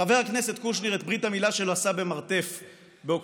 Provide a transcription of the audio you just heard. חבר הכנסת קושניר את ברית המילה שלו עשה במרתף באוקראינה.